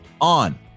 on